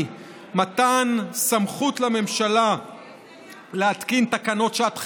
מתן סמכות לממשלה להתקין תקנות שעת חירום,